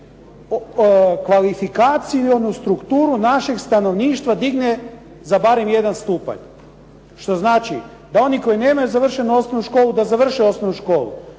kvalifikacionu strukturu našeg stanovništva digne za barem jedan stupanj. Što znači da oni koji nemaju završenu osnovnu školu, da završe osnovnu školu.